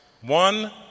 One